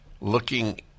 looking